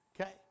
Okay